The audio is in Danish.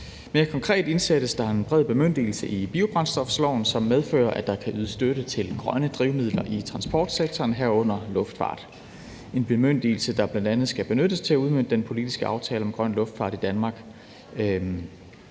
Mere konkret indsættes der en bred bemyndigelse i biobrændstofloven, som medfører, at der kan ydes støtte til grønne drivmidler i transportsektoren, herunder luftfart. Det er en bemyndigelse, der bl.a. skal benyttes til at udmønte den politiske aftale om grøn luftfart i Danmark.